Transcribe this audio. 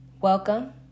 welcome